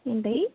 ఏంటి